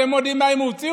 אתם יודעים מה הם הוציאו?